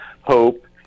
Hope